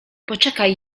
poczekaj